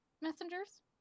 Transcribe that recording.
messengers